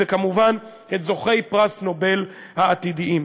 וכמובן את זוכי פרס נובל העתידיים.